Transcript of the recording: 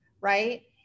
right